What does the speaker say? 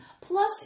Plus